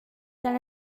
then